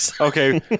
Okay